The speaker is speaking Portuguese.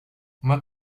uma